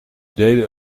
deden